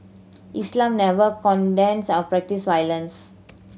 Islam never condones or practise violence